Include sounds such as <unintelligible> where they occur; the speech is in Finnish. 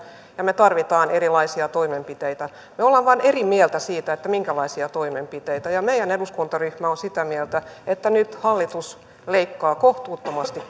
ja me tarvitsemme erilaisia toimenpiteitä me olemme vain eri mieltä siitä minkälaisia toimenpiteitä meidän eduskuntaryhmä on sitä mieltä että nyt hallitus leikkaa kohtuuttomasti <unintelligible>